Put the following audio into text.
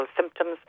symptoms